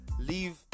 leave